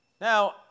Now